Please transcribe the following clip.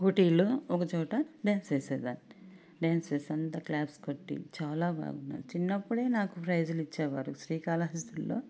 ఊటీలో ఒక చోట డ్యాన్స్ చేసేదాన్ని డ్యాన్స్ చేసి అంతా క్లాప్స్ కొట్టి చాల బాగా చిన్నప్పుడే నాకు ప్రయిజులిచ్చేవారు శ్రీకాళహస్తిలో